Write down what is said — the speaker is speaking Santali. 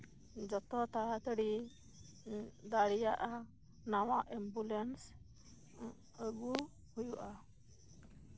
ᱡᱚᱛᱚ ᱛᱟᱲᱟ ᱛᱟᱲᱤ ᱫᱟᱲᱮᱭᱟᱜᱼᱟ ᱱᱟᱣᱟ ᱮᱢᱵᱩᱞᱮᱱᱥ ᱟᱹᱜᱩ ᱦᱩᱭᱩᱜᱼᱟ